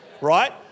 right